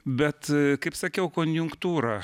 bet kaip sakiau konjunktūra